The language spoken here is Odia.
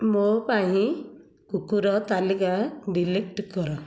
ମୋ ପାଇଁ କୁକୁର ତାଲିକା ଡିଲିଟ୍ କର